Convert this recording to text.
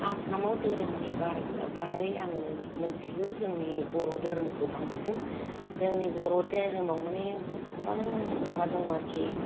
आसामाव धोरोमनि बारै बारै आङो मिन्थिगौ जोंनि बर' धोरोमखौ बांसिन जोंनि बर' धोरोमाव माने गोबां माबा दङ आरो कि